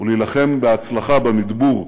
ולהילחם בהצלחה במדבור,